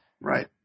Right